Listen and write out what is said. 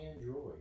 android